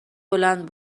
بلند